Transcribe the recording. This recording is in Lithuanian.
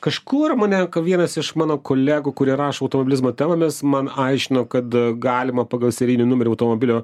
kažkur mane vienas iš mano kolegų kurie rašo automobilizmo temomis man aiškino kad galima pagal serijinį numerį automobilio